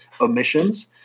omissions